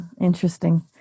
interesting